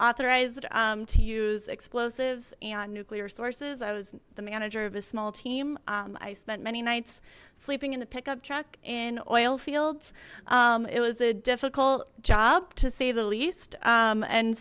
authorized to use explosives and nuclear sources i was the manager of a small team i spent many nights sleeping in the pickup truck in oil fields it was a difficult job to say the least